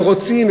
ורוצים,